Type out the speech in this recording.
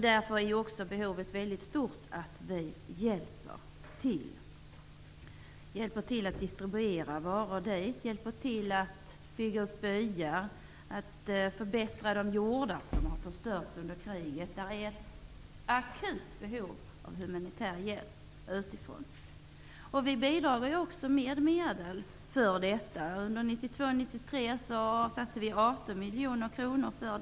Därför är behovet stort av hjälp till att distribuera varor, att bygga upp byar och att förbättra de jordar som har förstörts under kriget. Där finns ett akut behov av humanitär hjälp utifrån. Sverige har bidragit med medel. Under 1992/93 avsattes 18 miljoner kronor.